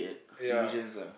ya